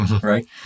right